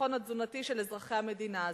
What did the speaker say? הביטחון התזונתי של אזרחי המדינה הזאת,